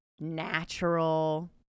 natural